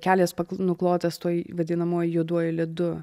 kelias nuklotas tuo vadinamuoju juoduoju ledu